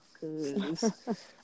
cause